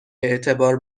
اعتبار